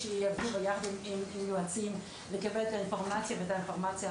אלא מחיר הגז הצפוי בממוצע לאורך השנים